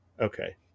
Okay